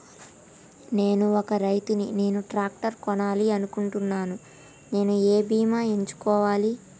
నేను ఒక రైతు ని నేను ట్రాక్టర్ కొనాలి అనుకుంటున్నాను నేను ఏ బీమా ఎంచుకోవాలి?